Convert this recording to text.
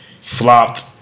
Flopped